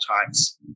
times